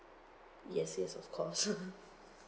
yes yes of course